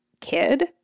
kid